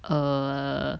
err